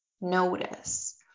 notice